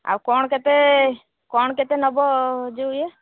ଆଉ କ'ଣ କେତେ କ'ଣ କେତେ ନବ ଯେଉଁ ଇଏ